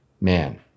man